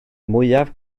mwyaf